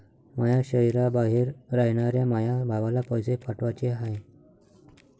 माया शैहराबाहेर रायनाऱ्या माया भावाला पैसे पाठवाचे हाय